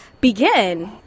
begin